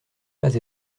pas